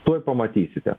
tuoj pamatysite